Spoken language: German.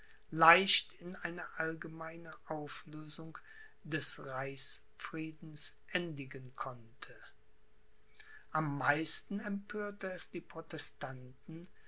leicht in eine allgemeine auflösung des reichsfriedens endigen konnte am meisten empörte es die protestanten